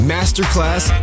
Masterclass